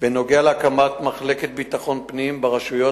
בנוגע להקמת מחלקת ביטחון פנים ברשויות,